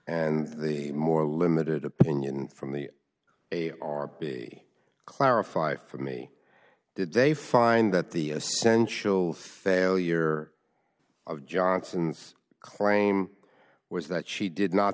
and the more limited opinion from the a a r p clarify for me did they find that the essential failure of johnson's claim was that she did not